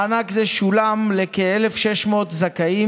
מענק זה שולם לכ-1,600 זכאים,